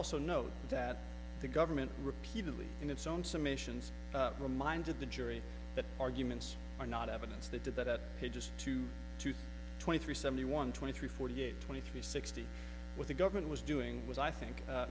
also note that the government repeatedly in its own summations reminded the jury that arguments are not evidence they did that to just two to twenty three seventy one twenty three forty eight twenty three sixty what the government was doing was i think